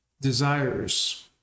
desires